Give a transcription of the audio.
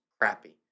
crappy